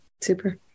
Super